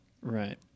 Right